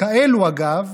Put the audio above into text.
כאלה, אגב,